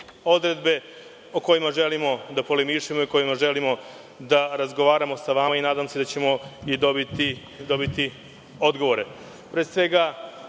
odredbe o kojima želimo da polemišemo i o kojima želimo da razgovaramo sa vama. Nadam se da ćemo dobiti odgovore.